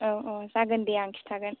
औ औ जागोन दे आं खिथागोन